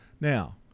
Now